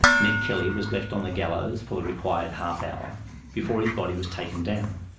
ned kelly was left on the gallows for the required half hour before his body was taken down.